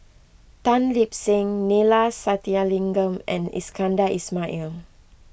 Tan Lip Seng Neila Sathyalingam and Iskandar Ismail